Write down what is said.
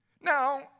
Now